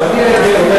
הבעיה היא לאומית.